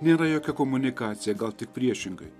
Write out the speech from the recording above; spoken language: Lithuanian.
nėra jokia komunikacija gal tik priešingai